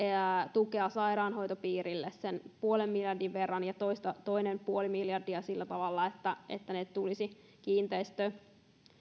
tukea sairaanhoitopiireille sen puolen miljardin verran ja toinen puoli miljardia sillä tavalla että että se tulisi kiinteistö ja